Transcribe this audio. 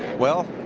well,